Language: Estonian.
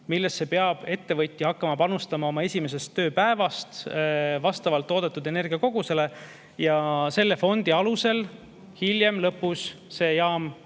millesse peab ettevõtja hakkama panustama oma esimesest tööpäevast alates vastavalt toodetud energia kogusele. Ja selle fondi alusel hiljem, lõpus see jaam